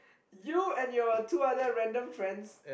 you and your two other random friends